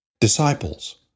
Disciples